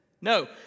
No